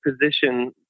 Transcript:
position